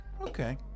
Okay